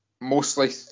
mostly